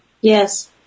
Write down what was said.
Yes